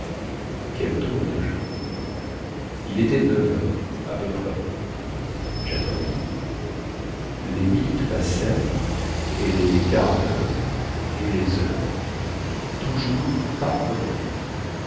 quels drôles de gens il était neuf heures à peu près jattendis les minutes passèrent et les quarts dheure et les heures toujours pas un mouvement